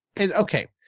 okay